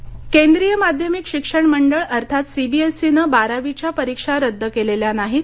CBSE केंद्रीय माध्यमिक शिक्षण मंडळ अर्थात सीबीएसईनं बारावीच्या परीक्षा रद्द केलेल्या नाहीत